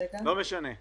זה משתנה בתקופה.